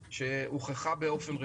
שלהן והיו צריכות להתחיל להתאים תקנים,